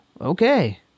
okay